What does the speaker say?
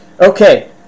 okay